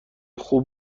خوب